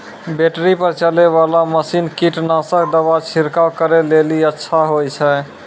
Battery पर चलै वाला मसीन कीटनासक दवा छिड़काव करै लेली अच्छा होय छै?